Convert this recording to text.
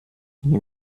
nie